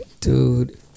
Dude